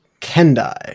kendai